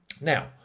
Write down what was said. Now